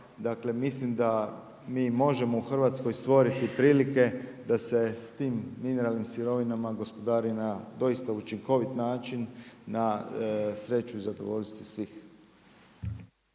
mislim da mi možemo u Hrvatskoj stvoriti prilike da se s tim mineralnim sirovinama gospodari doista na učinkovit način, na sreću i zadovoljstvo svih.